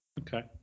Okay